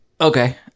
Okay